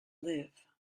live